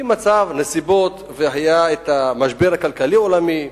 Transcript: כי במצב ובנסיבות, והיה המשבר הכלכלי העולמי,